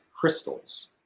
crystals